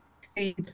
see